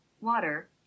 Water